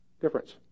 Difference